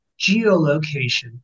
geolocation